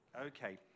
Okay